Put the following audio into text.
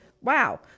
Wow